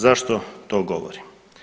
Zašto to govorim?